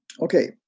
okay